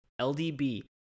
ldb